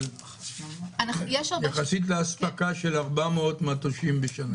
אבל יחסית לאספקה של 400 מטושים בשנה.